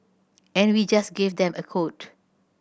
and we just gave them a quote